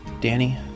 Danny